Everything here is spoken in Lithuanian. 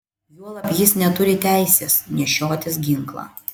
juolab jis neturi teisės nešiotis ginklą